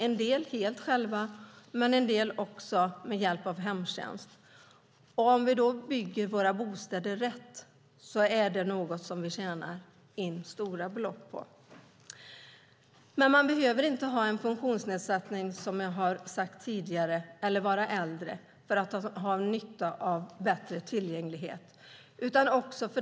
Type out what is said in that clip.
En del gör det helt själva, och en del gör det med hjälp av hemtjänst. Om vi då bygger våra bostäder rätt är det något som vi tjänar in stora belopp på. Men man behöver inte ha en funktionsnedsättning, som jag har sagt tidigare, eller vara äldre för att ha nytta av bättre tillgänglighet.